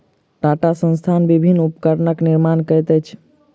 टाटा संस्थान विभिन्न उपकरणक निर्माण करैत अछि